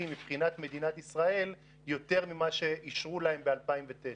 מבחינת מדינת ישראל יותר ממה שאישרו להם ב-2009.